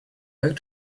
back